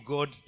God